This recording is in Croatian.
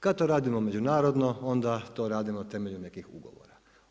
Kad to radimo međunarodno, onda to radimo temeljem nekih ugovora.